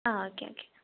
ആ okay okay